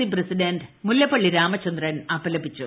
C president Mullappally Ramachandran അപലപിച്ചു